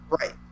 Right